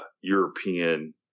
European